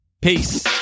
Peace